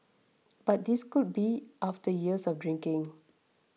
but this could be after years of drinking